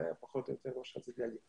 זה פחות או יותר מה שרציתי להגיד.